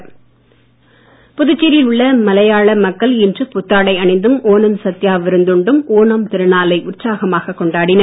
ஒணம் புதுச்சேரியில் உள்ள மலையாள மக்கள் இன்று புத்தாடை அணிந்தும் ஒணம் சத்யா விருந்து உண்டும் ஒணம் திருநாளை உற்சாகமாக கொண்டாடினர்